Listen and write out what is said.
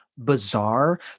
bizarre